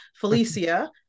Felicia